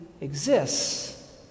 exists